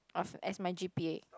of as my g_p_a